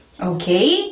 Okay